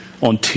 on